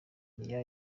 irya